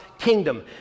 kingdom